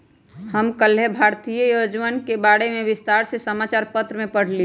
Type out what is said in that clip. हम कल्लेह भारतीय योजनवन के बारे में विस्तार से समाचार पत्र में पढ़ लय